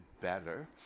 better